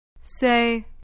Say